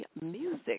music